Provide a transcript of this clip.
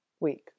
week